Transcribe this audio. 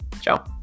Ciao